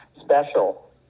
special